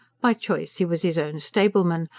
by choice he was his own stableman,